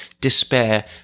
despair